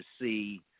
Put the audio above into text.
see